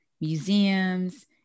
museums